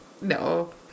No